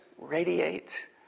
radiate